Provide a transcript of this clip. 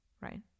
right